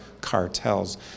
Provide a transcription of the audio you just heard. cartels